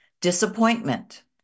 disappointment